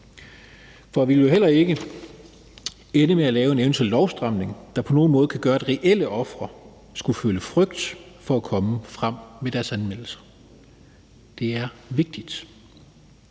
For vi vil heller ikke ende med at lave en eventuel lovstramning, der på nogen måde kan gøre, at reelle ofre skulle føle frygt for at komme frem med deres anmeldelser. Det er vigtigt.